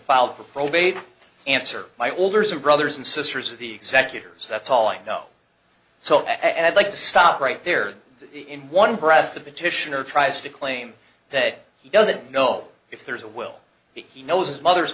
filed for probate answer my older brothers and sisters of the executors that's all i know so i'd like to stop right there in one breath the petitioner tries to claim that he doesn't know if there's a will he knows his mother's